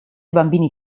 bambini